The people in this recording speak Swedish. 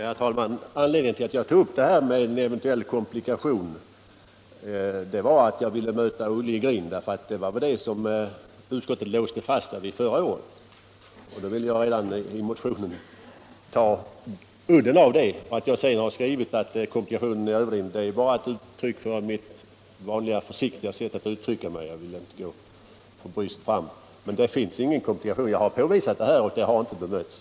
Herr talman! Anledningen till att jag tog upp denna eventuella komplikation var att jag ville mota Olle i grind. Det var vid detta förhållande som utskottet låste fast sig förra året, och jag ville då redan i motionen ta udden av det argumentet. Att jag sedan i motionen har skrivit att risken för komplikation är överdriven är bara ett uttryck för mitt vanliga, försiktiga sätt att uttrycka mig — jag vill inte gå så bryskt fram — men det finns ingen komplikation. Det har jag påvisat, och det har inte bemötts.